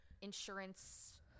insurance